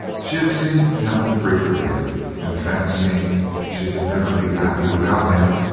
she had seen temple frequently and fancying she could never be happy without him,